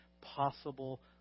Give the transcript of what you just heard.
possible